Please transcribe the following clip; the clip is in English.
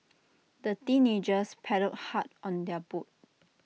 the teenagers paddled hard on their boat